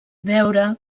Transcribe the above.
veure